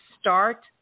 start